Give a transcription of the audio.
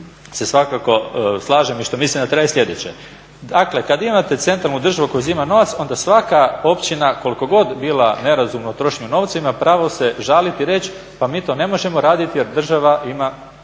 se svakako slažem i što mislim da treba je sljedeće. Dakle, kad imate centralnu državu koja uzima novac, onda svaka općina koliko god bila nerazumna u trošenju novca ima pravo se žaliti i reći, pa mi to ne možemo raditi jer država ima